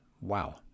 Wow